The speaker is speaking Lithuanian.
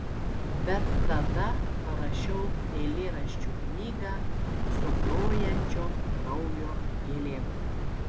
bet tada parašiau eilėraščių knygą su grojančiom kraujo gėlėm